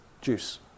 juice